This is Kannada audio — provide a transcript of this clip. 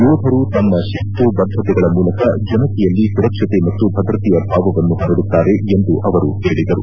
ಯೋಧರು ತಮ್ಮ ಶಿಸ್ತು ಬದ್ದತೆಗಳ ಮೂಲಕ ಜನತೆಯಲ್ಲಿ ಸುರಕ್ಷತೆ ಮತ್ತು ಭದ್ರತೆಯ ಭಾವವನ್ನು ಪರಡುತ್ತಾರೆ ಎಂದು ಅವರು ಹೇಳಿದರು